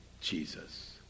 Jesus